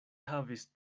havis